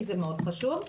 כי זה מאוד חשוב.